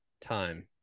time